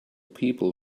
people